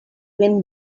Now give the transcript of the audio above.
ben